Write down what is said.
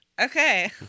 Okay